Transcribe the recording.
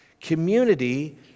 Community